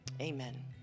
Amen